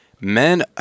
Men